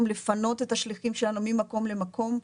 לפנות את השליחים שלנו ממקום למקום.